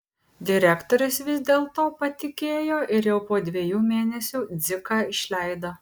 direktorius vis dėl to patikėjo ir jau po dviejų mėnesių dziką išleido